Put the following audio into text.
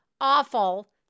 awful